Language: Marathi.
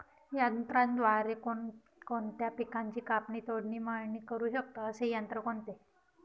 यंत्राद्वारे कोणकोणत्या पिकांची कापणी, तोडणी, मळणी करु शकतो, असे यंत्र कोणते?